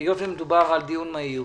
היות ומדובר על דיון מהיר,